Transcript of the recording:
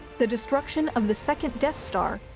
the destruction of the second death star,